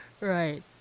Right